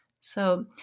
So-